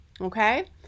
okay